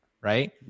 right